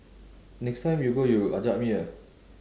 next time you go you ajak me ah